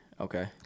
Okay